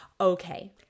Okay